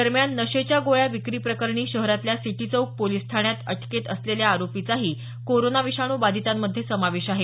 दरम्यान नशेच्या गोळ्या विक्री प्रकरणी शहरातल्या सिटीचौक पोलिस ठाण्यात अटकेत असलेल्या आरोपीचाही कोरोना विषाणू बाधितांमध्ये समावेश आहे